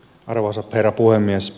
arvoisa herra puhemies